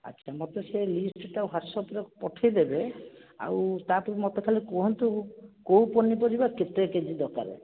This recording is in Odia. ଆଚ୍ଛା ମୋତେ ସେ ଲିଷ୍ଟଟା ହ୍ୱାଟ୍ସଆପ୍ରେ ପଠେଇ ଦେବେ ଆଉ ତା'ଦେହରୁ ମୋତେ ଖାଲି କୁହନ୍ତୁ କେଉଁ ପନିପରିବା କେତେ କେ ଜି ଦରକାର